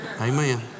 Amen